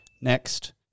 Next